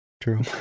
True